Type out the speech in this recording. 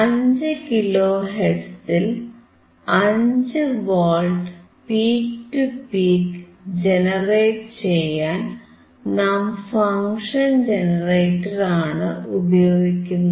5 kilo ഹെർട്സിൽ 5 volt peak to peak generate ചെയ്യാൻ നാം ഫങ്ഷൻ ജനറേറ്റർ ആണ് ഉപയോഗിക്കുന്നത്